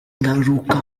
ingaruka